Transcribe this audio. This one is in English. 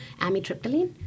amitriptyline